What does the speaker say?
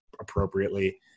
appropriately